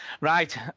Right